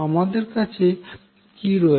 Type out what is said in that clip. আমাদের কাছে কি রয়েছে